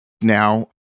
Now